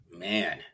Man